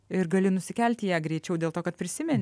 ir gali nusikelti į ją greičiau dėl to kad prisimeni